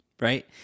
Right